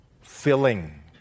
filling